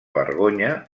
vergonya